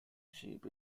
sheep